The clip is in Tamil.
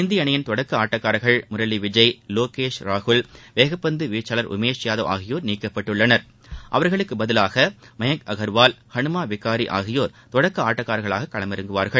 இந்திய அணியின் தொடக்க ஆட்டக்காரர்கள் முரளி விஜய் லோகேஷ் ராகுல் வேகப்பந்து வீச்சாளர் உமேஷ் யாதவ் ஆகியோர் நீக்கப்பட்டுள்ளனர் அவர்களுக்கு பதிலாக மயங்க் அகர்வால் ஹனுமா விகாரி ஆகியோர் தொடக்க ஆட்டக்காரர்களாக களமிறங்குவார்கள்